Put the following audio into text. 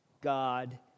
God